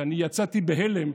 שאני יצאתי בהלם,